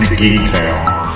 detail